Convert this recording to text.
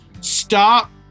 Stop